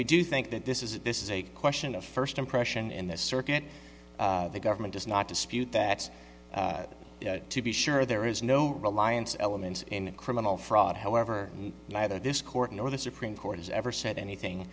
we do think that this is that this is a question of first impression in this circuit the government does not dispute that to be sure there is no reliance element in criminal fraud however neither this court nor the supreme court has ever said anything